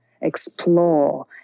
explore